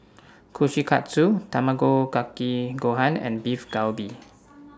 Kushikatsu Tamago Kake Gohan and Beef Galbi